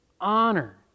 honor